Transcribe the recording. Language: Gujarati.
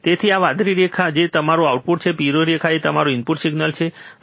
તેથી આ વાદળી રેખા એ તમારું આઉટપુટ છે પીળી રેખા એ તમારું ઇનપુટ સિગ્નલ છે